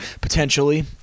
potentially